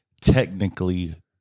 technically